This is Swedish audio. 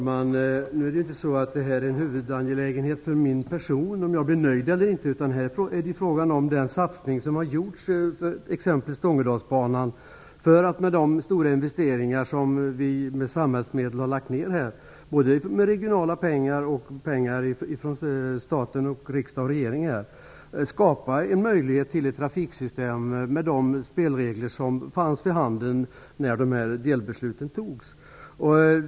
Fru talman! Nu är inte det här en huvudangelägenhet för min person, om jag blir nöjd eller inte. Här är det fråga om den satsning som gjorts på exempelvis Stångedalsbanan för att genom stora investeringar med samhällsmedel - både regionala pengar och pengar från staten - skapa en möjlighet till ett trafiksystem med de spelregler som fanns vid handen när delbesluten fattades.